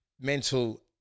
mental